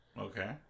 Okay